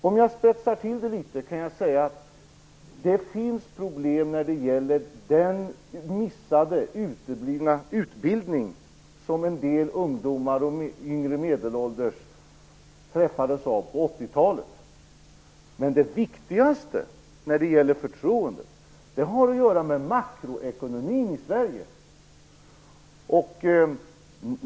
Om jag spetsar till det litet, kan jag säga att det finns problem när det gäller den uteblivna utbildning som en del ungdomar och yngre medelålders träffades av på 80-talet. Det viktigaste när det gäller förtroendet har att göra med makroekonomin i Sverige.